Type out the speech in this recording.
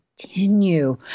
continue